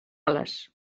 ales